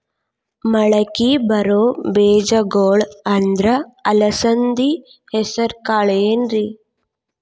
ಮಳಕಿ ಬರೋ ಬೇಜಗೊಳ್ ಅಂದ್ರ ಅಲಸಂಧಿ, ಹೆಸರ್ ಕಾಳ್ ಏನ್ರಿ?